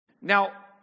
Now